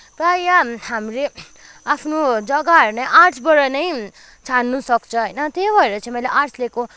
प्रायः हामीले आफ्नो जग्गाहरू नै आर्टसबाट नै छान्न सक्छ होइन त्यही भएर चाहिँ मैले आर्टस लिएको